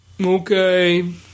Okay